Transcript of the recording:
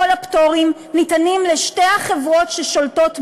הפטורים ניתנים לשתי החברות ששולטות בשוק,